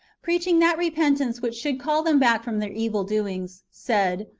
preaching that repentance which should call them back from their evil doings, said,